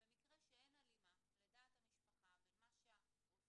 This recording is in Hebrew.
במקרה שאין הלימה לדעת המשפחה בין מה שהרופא